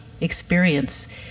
experience